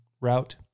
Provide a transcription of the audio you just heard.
route